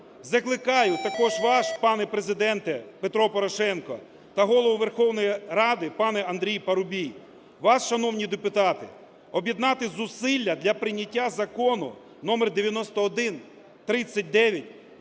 Закликаю також вас, пане Президенте Петро Порошенко та Голову Верховної Ради пане Андрій Парубій, вас, шановні депутати, об'єднати зусилля для прийняття Закону №9139